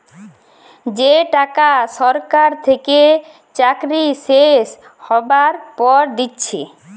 যে টাকা সরকার থেকে চাকরি শেষ হ্যবার পর দিচ্ছে